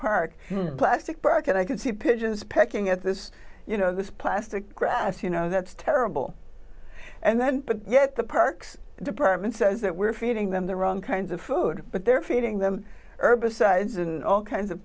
park plastic park and i could see pigeons pecking at this you know this plastic grass you know that's terrible and then but yet the parks department says that we're feeding them the wrong kinds of food but they're feeding them herbicides and all kinds of